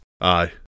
aye